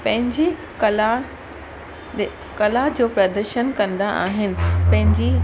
पंहिंजी कला कला जो प्रदर्शन कंदा आहिनि